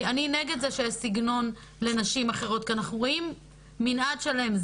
אני נגד זה שיש סגנון לנשים אחרות כי אנחנו רואים מנעד שלם.